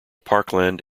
parkland